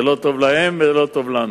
זה לא טוב להם ולא טוב לנו.